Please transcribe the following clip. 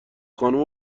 خانوم